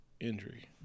injury